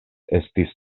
estis